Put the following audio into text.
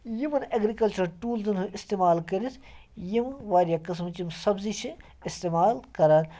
یِمَن ایٚگرِکَلچِرَل ٹوٗلزَن ہُنٛد اِستعمال کٔرِتھ یِم واریاہ قٕسمٕچ یِم سَبزی چھِ اِستعمال کران